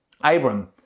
Abram